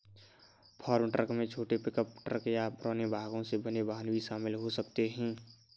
farm truck में छोटे pickup truck या पुराने भागों से बने वाहन भी शामिल हो सकते हैं